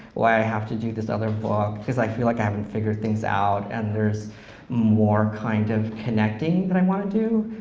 why i have to do this other book because i feel like i haven't figured things out, and there's more kind of connecting that i want to do.